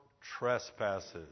trespasses